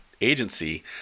agency